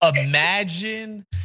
imagine